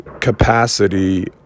capacity